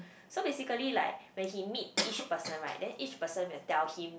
so basically like when he meet each person right then each person will tell him